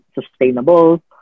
sustainable